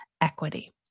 Equity